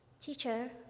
Teacher